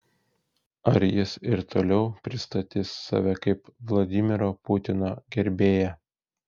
ar jis ir toliau pristatys save kaip vladimiro putino gerbėją